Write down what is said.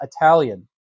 Italian